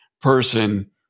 person